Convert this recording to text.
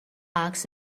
ask